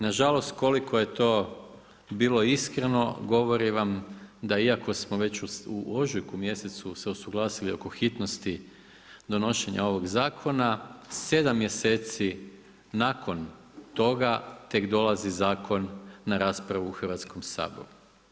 Nažalost koliko je to bilo iskreno govori vam da iako smo već u ožujku mjesecu se usuglasili oko hitnosti donošenja ovog zakona, sedam mjeseci nakon toga tek dolazi zakon na raspravu u Hrvatskom saboru.